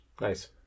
nice